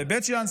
לבית שאן,